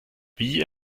wie